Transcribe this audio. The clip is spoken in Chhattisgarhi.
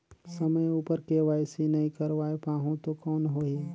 समय उपर के.वाई.सी नइ करवाय पाहुं तो कौन होही?